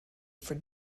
for